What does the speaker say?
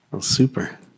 Super